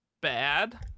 bad